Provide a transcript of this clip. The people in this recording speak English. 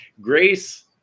Grace